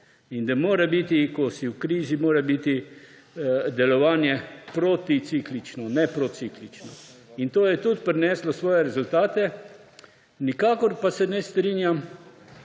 in da mora biti, ko si v krizi, mora biti delovanje proticiklično, ne prociklično. To je tudi prineslo svoje rezultate. Nikakor pa se ne strinjam,